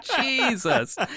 jesus